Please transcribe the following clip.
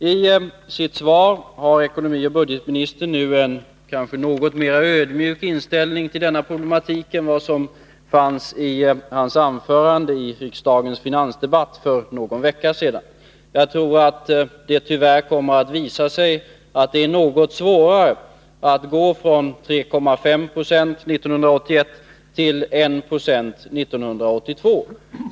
I sitt svar har ekonomioch budgetministern nu en något mer ödmjuk inställning till denna problematik än den som fanns i hans anförande i riksdagens finansdebatt för två veckor sedan. Jag tror att det tyvärr kommer att visa sig att det är något svårare att gå från 3,5 90 1981 till I 26 1982.